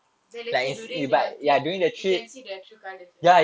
then later during the trip you can see their true colours ah